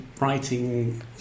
writing